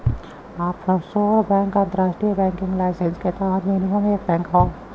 offshore bank अंतरराष्ट्रीय banking licence के तहत विनियमित एक बैंक हौ